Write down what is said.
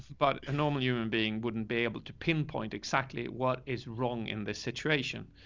but a normal human being wouldn't be able to pinpoint exactly what is wrong in this situation.